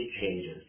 changes